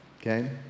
Okay